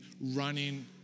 running